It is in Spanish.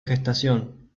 gestación